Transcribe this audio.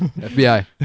FBI